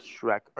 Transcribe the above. Shrek